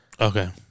Okay